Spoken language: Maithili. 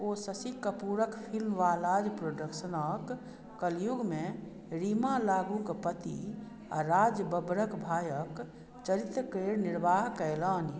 ओ शशि कपूरक फिल्मवालाज़ प्रोडक्शनक कलयुगमे रीमा लागूक पति आ राज बब्बरक भायक चरित्रकेर निर्वाह कयलनि